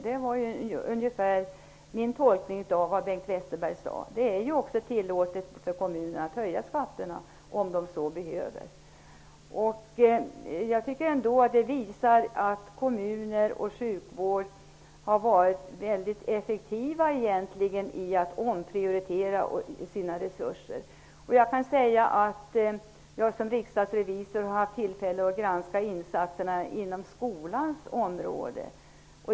Det är min tolkning av vad Bengt Westerberg sade. Det är tillåtet för kommunerna att höja skatterna om de så behöver. Jag tycker ändå att kommuner och sjukvård egentligen har varit väldigt effektiva i att omprioritera sina resurser. Jag kan säga att jag som riksdagsrevisor haft tillfälle att granska insatserna inom skolans område.